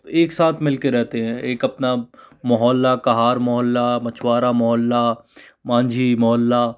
एक साथ मिल कर रहते है एक अपना मोहल्ला काहार मोहल्ला मछुवारा मोहल्ला मांझी मोहल्ला